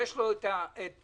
למעט